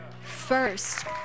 First